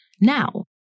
Now